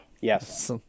Yes